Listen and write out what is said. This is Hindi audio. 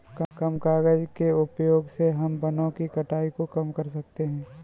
कम कागज़ के उपयोग से हम वनो की कटाई को कम कर सकते है